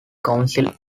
council